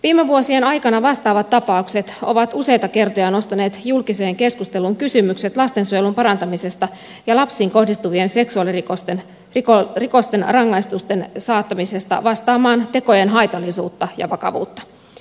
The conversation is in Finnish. viime vuosien aikana vastaavat tapaukset ovat useita kertoja nostaneet julkiseen keskusteluun kysymykset lastensuojelun parantamisesta ja lapsiin kohdistuvien seksuaalirikosten rangaistusten saattamisesta vastaamaan tekojen haitallisuutta ja vakavuutta